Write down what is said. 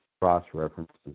cross-references